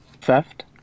Theft